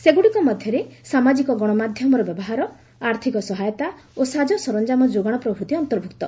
ସେଗୁଡ଼ିକ ମଧ୍ୟରେ ସାମାଜିକ ଗଣମାଧ୍ୟମର ବ୍ୟବହାର ଆର୍ଥକ ସହାୟତା ଓ ସାଜ ସରଞ୍ଜାମ ଯୋଗାଣ ପ୍ରଭୂତି ଅନ୍ତର୍ଭୁକ୍ତ